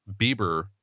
Bieber